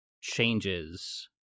changes